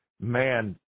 man